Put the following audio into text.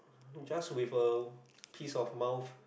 just with a piece of mouth